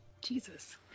Jesus